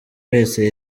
wese